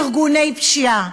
ארגוני פשיעה.